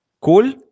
Cool